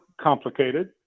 complicated